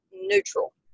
neutral